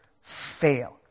fail